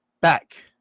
back